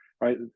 right